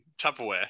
Tupperware